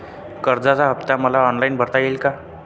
कर्जाचा हफ्ता मला ऑनलाईन भरता येईल का?